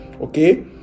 Okay